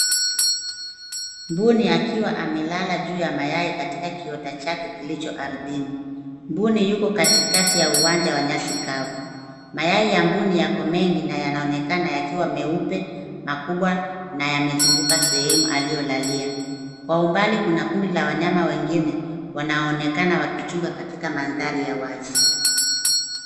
Mbuni akiwa amelala juu ya mayai katika kiota chake kilicho ardhini. Mbuni yuko katikati ya uwanja wa nyasi kavu. Mayai ya mbuni yako mengi na yanaonekana yakiwa meupe, makubwa na yamezunguka sehemu aliyolalia. Kwa umbali kuna kundi la wanyama wengine wanaonekana wakichunga katika mandhari ya wazi.